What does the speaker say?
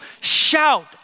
shout